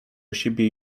siebie